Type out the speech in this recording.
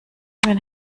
wenn